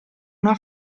una